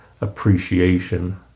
appreciation